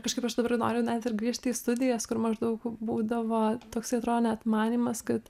kažkaip aš dabar noriu net ir grįžt į studijas kur maždaug būdavo toksai atrodo net manymas kad